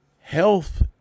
health